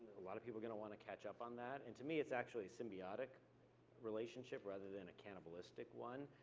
a lot of people are gonna want to catch up on that, and to me, it's actually a symbiotic relationship, rather than a cannibalistic one.